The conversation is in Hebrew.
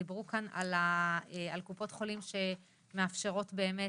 דיברו כאן על קופות חולים שמאפשרות באמת